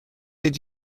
did